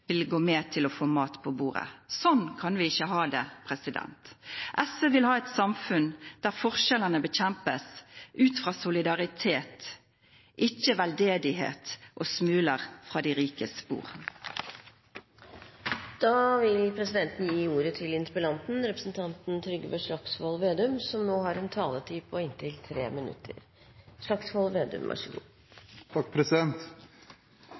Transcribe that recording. gå med til å få mat på bordet. Sånn kan vi ikke ha det. SV vil ha et samfunn der forskjellene bekjempes ut fra solidaritet, ikke veldedighet og smuler fra de rikes bord. Først til Hans Olav Syversen: Jeg er en av dem i salen her som har gått på kristen privatskole, og jeg har